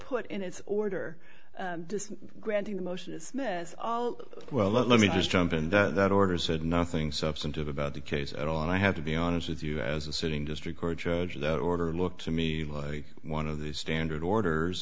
put in its order granting the motion is all well let me just jump in that order said nothing substantive about the case at all and i have to be honest with you as a sitting district court judge that order looks to me like one of the standard orders